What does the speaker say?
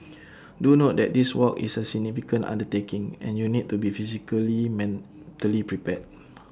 do note that this walk is A significant undertaking and you need to be physically mentally prepared